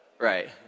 right